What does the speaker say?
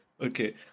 Okay